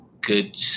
good